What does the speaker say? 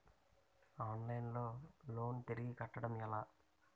Online లో loan తిరిగి కట్టడం ఎలా?